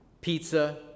pizza